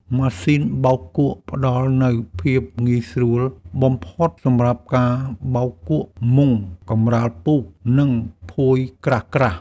ម៉ាស៊ីនបោកគក់ផ្តល់នូវភាពងាយស្រួលបំផុតសម្រាប់ការបោកគក់មុង កម្រាលពូក និងភួយក្រាស់ៗ។